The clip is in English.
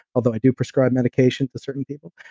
although i do prescribe medication to certain people,